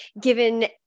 given